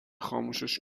خاموشش